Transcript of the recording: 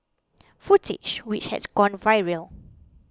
footage which had gone viral